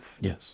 Yes